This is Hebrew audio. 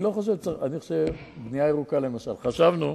אני לא רוצה לעשות פרסום רע למפעל כזה או